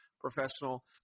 professional